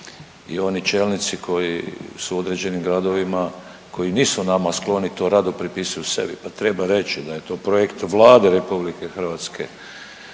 i oni čelnici koji su u određenim gradovima koji nisu nama skloni to rado pripisuju sebi, pa treba reći da je to projekt Vlade RH, resornih